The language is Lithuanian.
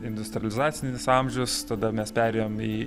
industalizacinis amžius tada mes perėjom į